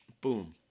boom